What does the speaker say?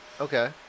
Okay